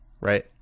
right